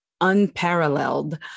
unparalleled